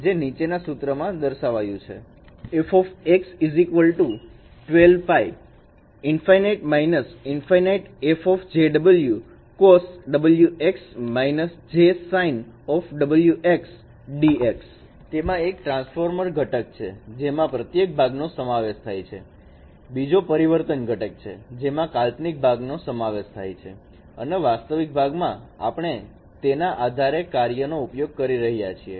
જે નીચે આપેલા સૂત્ર દ્વારા દર્શાવાય છે f 12π ∫∞−∞fˆjωcosωx − jsinωxdx તેમાં એક transformer ઘટક છે જેમાં પ્રત્યેક ભાગનો સમાવેશ થાય છે બીજો પરિવર્તન ઘટક છે જેમાં કાલ્પનિક ભાગનો સમાવેશ થાય છે અને વાસ્તવિક ભાગમાં આપણે તેના આધારે કાર્યનો ઉપયોગ કરી રહ્યા છીએ